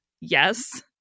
yes